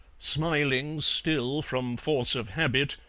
smiling still from force of habit,